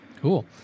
Cool